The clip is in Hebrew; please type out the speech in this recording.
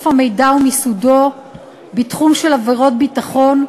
המידע ומיסודו בתחום של עבירות ביטחון.